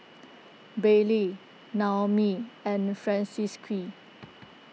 Bailey Naomi and Francisqui